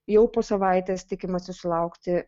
jau po savaitės tikimasi sulaukti